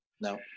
No